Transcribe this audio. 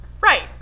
Right